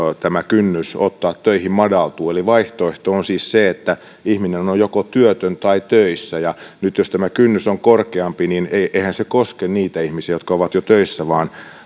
kynnys ottaa töihin madaltuu eli vaihtoehto on siis se että ihminen on on joko työtön tai töissä ja jos tämä kynnys on korkeampi niin eihän se koske niitä ihmisiä jotka ovat jo töissä vaan